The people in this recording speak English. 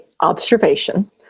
observation